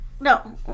No